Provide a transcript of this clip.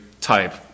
type